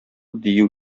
дию